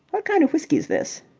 what kind of whisky's this?